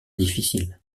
difficile